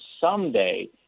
someday